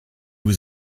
was